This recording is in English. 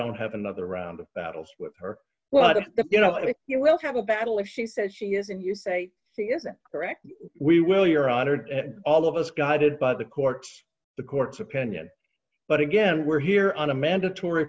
don't have another round of battles with her well you know i think you will have a battle if she says she is and you say she is that correct we will your honor to all of us guided by the court's the court's opinion but again we're here on a mandatory